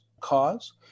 cause